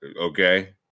okay